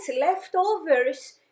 leftovers